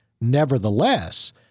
Nevertheless